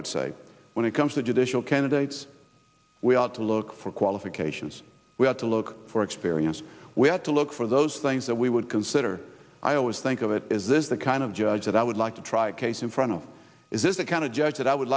would say when it comes to judicial candidates we ought to look for qualifications we had to look for experience we had to look for those things that we would consider i always think of it is this the kind of judge that i would like to try a case in front of is a kind of judge that i would